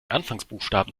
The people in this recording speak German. anfangsbuchstaben